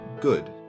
good